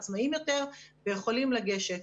עצמאיים יותר ויכולים לגשת